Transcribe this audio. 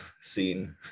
scene